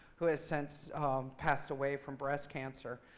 who has since passed away from breast cancer.